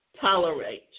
tolerate